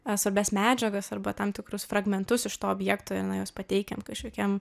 svarbias medžiagas arba tam tikrus fragmentus iš to objekto ir na juos pateikiant kažkokiam